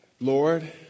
Lord